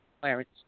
Clarence